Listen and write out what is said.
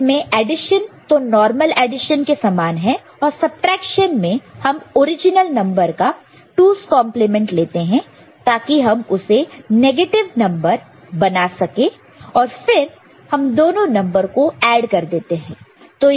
इसमें एडिशन तो normal addition के समान है और सबट्रैक्शन में हम ओरिजिनल नंबर का 2's कंप्लीमेंट 2's complement लेते हैं ताकि हम उसे नेगेटिव नंबर बना सकें और फिर हम दोनों नंबर को ऐड कर देते हैं